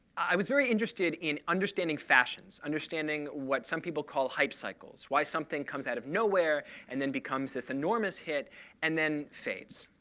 i was very interested in understanding fashions, understanding what some people call hype cycles why something comes out of nowhere and then becomes this enormous hit and then fades.